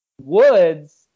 Woods